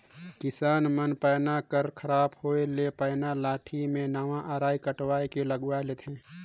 किसान मन पैना कर खराब होए ले पैना लाठी मे नावा अरई कटवाए के लगवाए लेथे